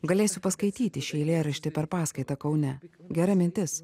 galėsiu paskaityti šį eilėraštį per paskaitą kaune gera mintis